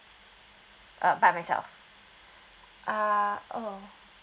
uh by myself ah oh